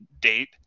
date